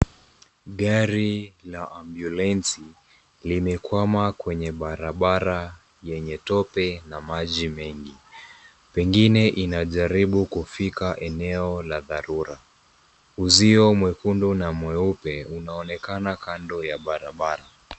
Gari la ambulensi limekwama kwenye barabara yenye tope na maji mengi pengine inajaribu kufika eneo la dharura. Uzio mwekundu na mweupe unaonekana kando ya barabara.